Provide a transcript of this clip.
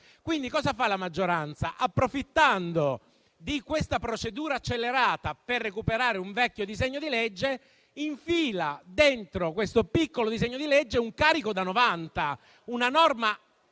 Quindi che cosa fa la maggioranza? Approfittando della procedura accelerata per recuperare un vecchio disegno di legge, infila all'interno di questo piccolo disegno di legge un carico da 90, una norma